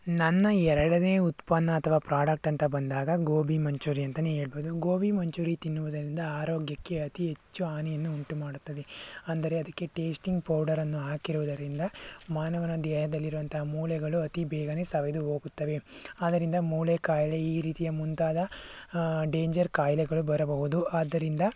ನನ್ನ ಎರಡನೇ ಉತ್ಪನ್ನ ಅಥ್ವಾ ಪ್ರಾಡಕ್ಟ್ ಅಂತ ಬಂದಾಗ ಗೋಬಿ ಮಂಚೂರಿ ಅಂತಾನೆ ಹೇಳ್ಬೋದು ಗೋಬಿ ಮಂಚೂರಿ ತಿನ್ನುವುದರಿಂದ ಆರೋಗ್ಯಕ್ಕೆ ಅತಿ ಹೆಚ್ಚು ಹಾನಿಯನ್ನು ಉಂಟು ಮಾಡುತ್ತದೆ ಅಂದರೆ ಅದಕ್ಕೆ ಟೇಸ್ಟಿಂಗ್ ಪೌಡರನ್ನು ಹಾಕಿರುವುದರಿಂದ ಮಾನವನ ದೇಹದಲ್ಲಿರುವಂಥ ಮೂಳೆಗಳು ಅತಿ ಬೇಗನೆ ಸವೆದು ಹೋಗುತ್ತವೆ ಆದ್ದರಿಂದ ಮೂಳೆ ಕಾಯಿಲೆ ಈ ರೀತಿಯ ಮುಂತಾದ ಡೇಂಜರ್ ಕಾಯಿಲೆಗಳು ಬರಬಹುದು ಆದ್ದರಿಂದ